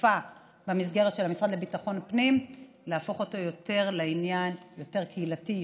אכיפה במסגרת של המשרד לביטחון פנים לעניין יותר קהילתי,